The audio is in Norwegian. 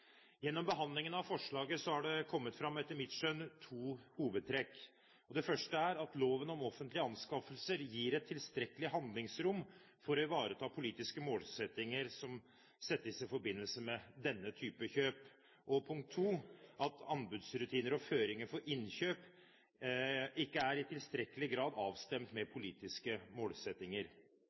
Gjennom behandlingen av forslaget har det etter mitt skjønn kommet fram to hovedtrekk. Det første er at loven om offentlige anskaffelser gir et tilstrekkelig handlingsrom for å ivareta politiske målsettinger som settes i forbindelse med denne type kjøp. Og punkt to er at anbudsrutiner og føringer for innkjøp ikke i tilstrekkelig grad er avstemt etter politiske målsettinger.